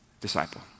disciple